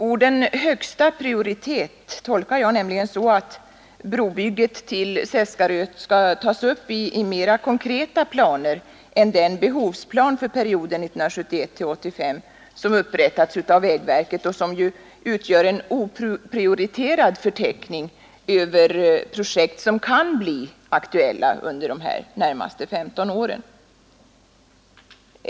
Orden ”högsta prioritet” tolkar jag så att brobygget i Seskarö skall tas upp i mera konkreta planer än den behovsplan för perioden 1971—1985 som upprättats av vägverket och som utgör en oprioriterad förteckning över projekt som kan bli aktuella under de närmaste 15 åren.